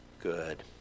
good